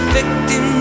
Victim